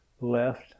Left